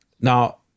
Now